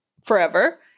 forever